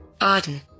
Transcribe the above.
Arden